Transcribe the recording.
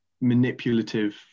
manipulative